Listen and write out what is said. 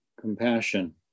compassion